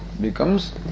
becomes